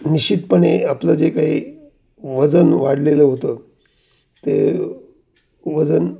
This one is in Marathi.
निश्चितपणे आपलं जे काही वजन वाढलेलं होतं ते वजन